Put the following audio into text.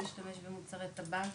להשתמש במוצרי טבק,